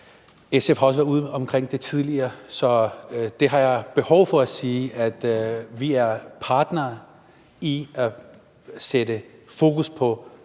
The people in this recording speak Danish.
SF har også været ude med det tidligere. Så jeg har behov for at sige, at vi er partnere med hensyn til at sætte fokus på